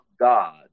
God